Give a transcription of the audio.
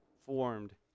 formed